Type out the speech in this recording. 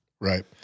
right